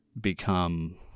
become